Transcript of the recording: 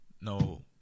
No